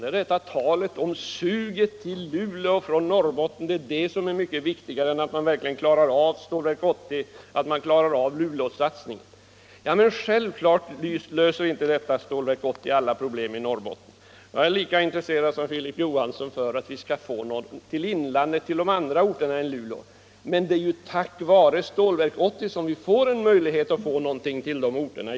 Det är talet om suget till Luleå från resten av Norrbotten, vilket skulle vara en mycket viktigare fråga än att klara Stålverk 80 och hela Luleåsatsningen. Självfallet löser inte Stålverk 80 alla problem i Norrbotten. Jag är lika intresserad som Filip Johansson av att vi skall få något till inlandet och andra orter än Luleå, men det är ju tack vare Stålverk 80 som vi skapar en möjlighet att få någonting till de orterna.